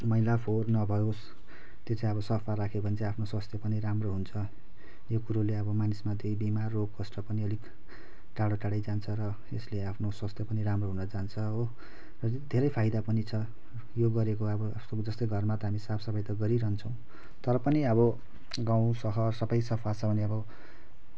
मैला फोहोर नहोओस् त्यो चाहिँ अब सफा राख्यो भने चाहिँ आफ्नो स्वस्थ पनि राम्रो हुन्छ यो कुरोेले अब मानिसमा केही बिमार रोग कष्ट पनि अलिक टाढो टाढै जान्छ र यसले आफ्नो स्वस्थ पनि राम्रो हुन जान्छ हो अनि धेरै फायदा पनि छ यो गरेको अब जस्तै घरमा त हामी साफसफाई त गरिरहेन्छौँ तर पनि अब गाउँ शहर सबै सफा छ भने अब